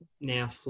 Now